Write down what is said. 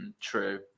True